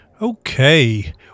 Okay